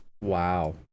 Wow